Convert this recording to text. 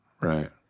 Right